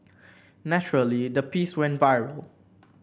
naturally the piece went viral